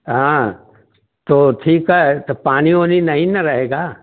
हाँ तो ठीक है तो पानी ओनी नहीं न रहेगा